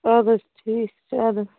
اَدٕ حظ ٹھیٖک چھُ اَدٕ حظ